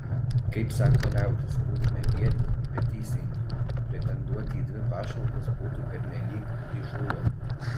kaip sako liaudis būkime biedni bet teisingi pretenduoti į dvi pašalpas būtų pernelyg įžūlu